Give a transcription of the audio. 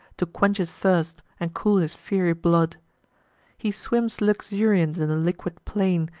to quench his thirst, and cool his fiery blood he swims luxuriant in the liquid plain,